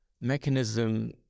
mechanism